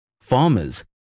farmers